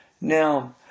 Now